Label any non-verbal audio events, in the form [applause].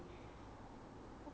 [breath]